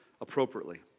appropriately